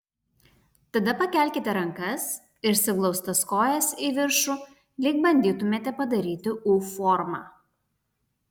tada pakelkite rankas ir suglaustas kojas į viršų lyg bandytumėte padaryti u formą